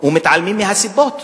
ומתעלמים מהסיבות.